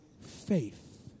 faith